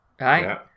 right